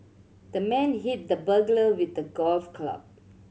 the man hit the burglar with a golf club